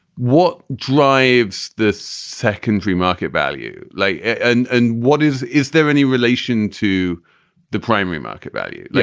what drives the secondary market value? like and and what is is there any relation to the primary market value, like